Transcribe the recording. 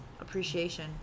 appreciation